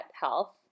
health